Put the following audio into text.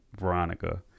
Veronica